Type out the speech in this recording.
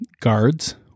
guards